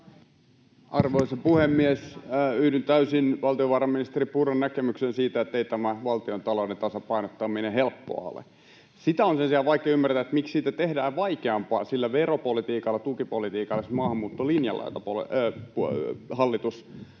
Arvoisa puhemies! Yhdyn täysin valtiovarainministeri Purran näkemykseen siitä, ettei tämä valtiontalouden tasapainottaminen helppoa ole. Sitä on sen sijaan vaikea ymmärtää, miksi siitä tehdään vaikeampaa niillä veropolitiikalla, tukipolitiikalla ja maahanmuuttolinjalla, joita hallitus